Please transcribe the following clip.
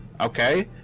Okay